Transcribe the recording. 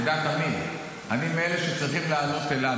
תדע תמיד, אני מאלה שצריכים לעלות אל העם.